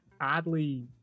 oddly